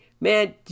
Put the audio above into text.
man